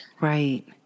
Right